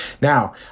Now